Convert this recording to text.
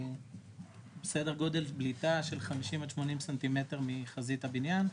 סדר גודל בליטה של 50 עד 80 סנטימטר מחזית הבנין.